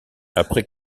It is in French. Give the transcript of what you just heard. après